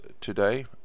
today